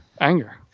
anger